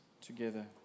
together